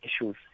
issues